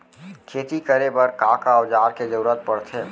खेती करे बर का का औज़ार के जरूरत पढ़थे?